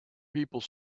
people